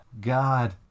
God